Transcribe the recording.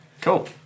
Cool